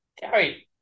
Gary